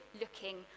looking